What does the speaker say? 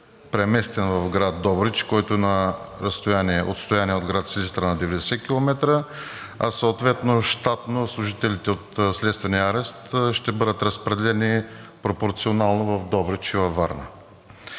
преместен в град Добрич, който е на отстояние от град Силистра на 90 км, а съответно щатно служителите от следствения арест ще бъдат разпределени пропорционално в Добрич и във Варна.